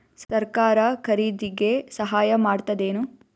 ಸರಕಾರ ಖರೀದಿಗೆ ಸಹಾಯ ಮಾಡ್ತದೇನು?